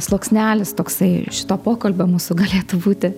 sluoksnelis toksai šito pokalbio mūsų galėtų būti